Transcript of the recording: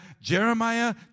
Jeremiah